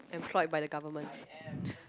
employed by the government